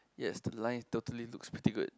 yes the line totally looks pretty good